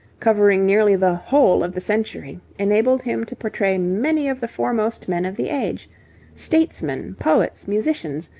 covering nearly the whole of the century, enabled him to portray many of the foremost men of the age statesmen, poets, musicians,